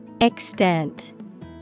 Extent